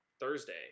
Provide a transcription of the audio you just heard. Thursday